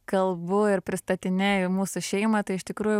kalbu ir pristatinėju mūsų šeimą tai iš tikrųjų